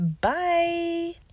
bye